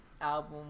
album